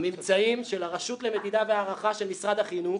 הממצאים של הרשות למדידה והערכה של משרד החינוך,